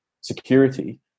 security